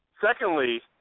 Secondly